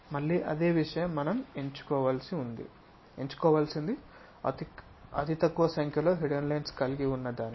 మళ్ళీ అదే విషయం మనం ఎంచుకోవలసింది అతి తక్కువ సంఖ్యలో హిడెన్ లైన్స్ కలిగి ఉన్న దానిని